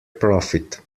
profit